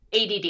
ADD